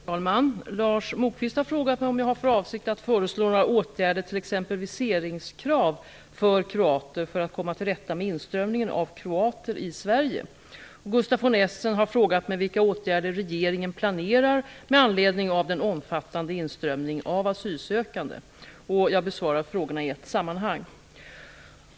Herr talman! Lars Moquist har frågat mig om jag har för avsikt att föreslå några åtgärder, t.ex. Essen har frågat mig vilka åtgärder regeringen planerar med anledning av den omfattande inströmningen av asylsökande. Jag besvarar frågorna i ett sammanhang.